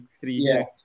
three